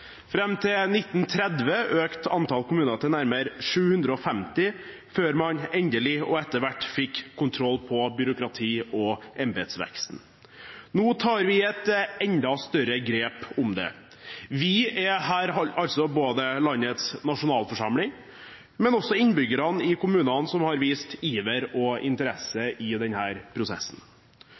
Fram til 1930 økte antall kommuner til nærmere 750 før man etter hvert endelig fikk kontroll på byråkrati- og embetsveksten. Nå tar vi et enda større grep om det – både landets nasjonalforsamling og innbyggerne i kommunene, som har vist iver og interesse i prosessen.